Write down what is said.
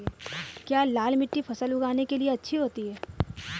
क्या लाल मिट्टी फसल उगाने के लिए अच्छी होती है?